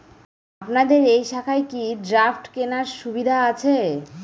আপনাদের এই শাখায় কি ড্রাফট কেনার সুবিধা আছে?